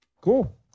cool